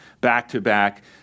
back-to-back